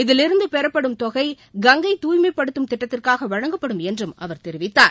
இதிலிருந்து பெறப்படும் தொகை கங்கை தூய்மைப்படுத்தும் திட்டத்திற்காக வழங்கப்படும் என்றும் அவர் தெரிவித்தார்